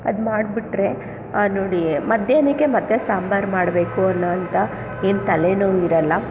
ಅದು ಮಾಡಿಬಿಟ್ರೆ ಆ ನೋಡಿ ಮಧ್ಯಾಹ್ನಕ್ಕೆ ಮತ್ತೆ ಸಾಂಬಾರು ಮಾಡಬೇಕು ಅನ್ನೊ ಅಂಥ ಏನು ತಲೆನೋವು ಇರಲ್ಲ